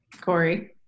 Corey